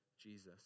Jesus